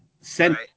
send